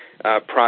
process